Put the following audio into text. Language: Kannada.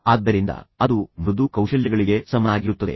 ಆದ್ದರಿಂದ ಅದು ಮೃದು ಕೌಶಲ್ಯಗಳಿಗೆ ಸಮನಾಗಿರುತ್ತದೆ